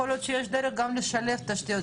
יכול להיות שיש דרך גם לשלב תשתיות.